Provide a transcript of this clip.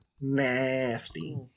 nasty